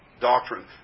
doctrine